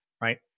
right